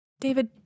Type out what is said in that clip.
David